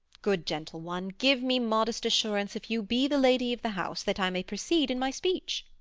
good gentle one, give me modest assurance if you be the lady of the house, that i may proceed in my speech.